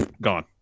Gone